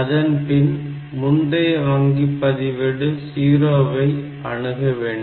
அதன்பின் முந்தைய வங்கி பதிவேடு 0 வை அணுக வேண்டும்